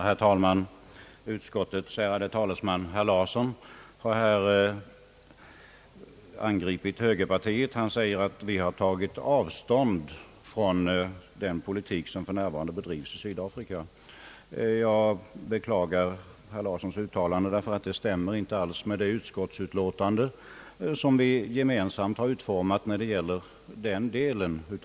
Herr talman! Utskottets ärade talesman herr Larsson har här angripit högerpartiet. Han säger att vi har tagit avstånd från den politik som för närvarande bedrivs i vårt land beträffande Sydafrika. Jag beklagar herr Larssons uttalande, ty det stämmer inte alls med det utskottsutlåtande som vi gemensamt har utformat i den delen.